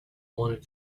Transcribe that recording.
wanted